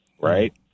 right